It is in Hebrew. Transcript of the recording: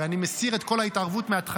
הרי אני מסיר את כל ההתערבות מהתכנים.